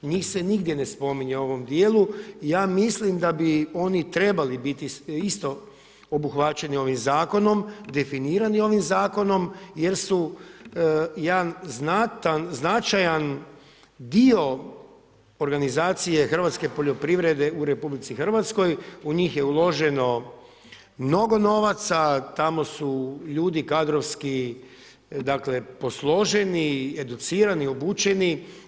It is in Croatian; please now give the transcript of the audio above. Njih se nigdje ne spominje u ovom dijelu i ja mislim da bi oni trebali biti isto obuhvaćenih ovim zakonom, definirani ovim zakonom jer su jedan značajan dio organizacije hrvatske poljoprivrede u RH, u njih je uloženo mnogo novaca, tamo su ljudi kadrovski dakle posloženi i educirani, obučeni.